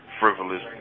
frivolous